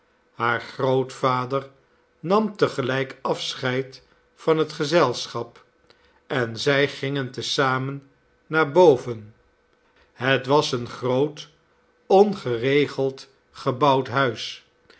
haar grootvader nam te gelijk afscheid van het gezelschap en zij gingen te zamen naar boven het was een groot ongeregeld gebouwd huis